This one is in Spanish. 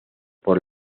por